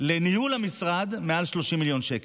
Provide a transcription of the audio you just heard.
לניהול המשרד מעל 30 מיליון שקל.